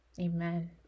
amen